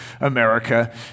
America